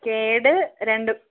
കേട് രണ്ട്